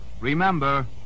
Remember